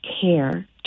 care